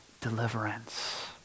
deliverance